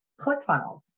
ClickFunnels